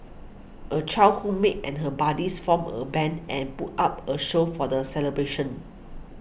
a childhood mate and her buddies formed a band and put up a show for the celebration